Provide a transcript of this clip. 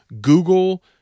Google